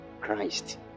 Christ